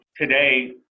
today